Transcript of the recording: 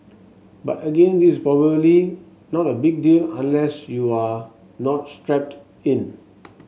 but again this probably not a big deal unless you are not strapped in